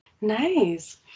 Nice